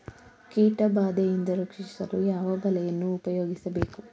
ಕೀಟಬಾದೆಯಿಂದ ರಕ್ಷಿಸಲು ಯಾವ ಬಲೆಯನ್ನು ಉಪಯೋಗಿಸಬೇಕು?